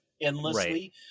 endlessly